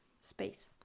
space